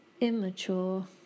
immature